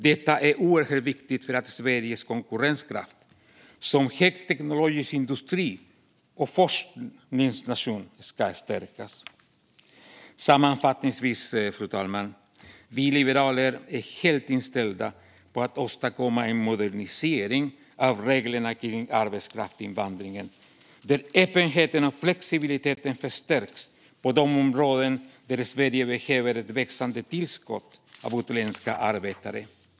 Det är oerhört viktigt för att Sveriges konkurrenskraft inom högteknologisk industri och Sverige som forskningsnation ska stärkas. Sammanfattningsvis, fru talman, är vi liberaler helt inställda på att åstadkomma en modernisering av reglerna för arbetskraftsinvandringen där öppenheten och flexibiliteten förstärks på de områden där Sverige behöver ett tillskott av utländska arbetare.